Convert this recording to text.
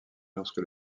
lorsque